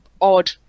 odd